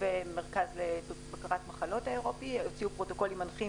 ומרכז לבקרת מחלות האירופי הוציאו פרוטוקולים מנחים